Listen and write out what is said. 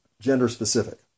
gender-specific